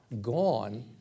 gone